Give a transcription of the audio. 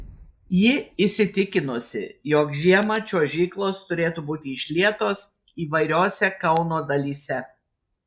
ji įsitikinusi jog žiemą čiuožyklos turėtų būti išlietos įvairiose kauno dalyse